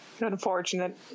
unfortunate